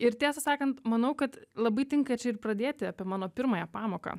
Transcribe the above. ir tiesą sakant manau kad labai tinka čia ir pradėti apie mano pirmąją pamoką